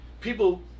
people